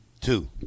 Two